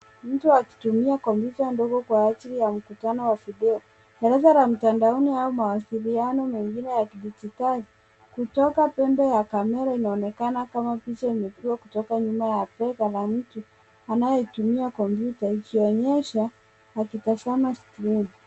Mtu akitumia kompyuta ndogo kwa ajili ya mkutano wa video. Darasa la mtandaoni au mawasiliano mengine ya kidijitali kutoka pembe ya kamera inaonekana kama picha imepigwa kutoka nyuma ya bega la mtu anayetumia kompyuta ikionyesha akitazama skrini.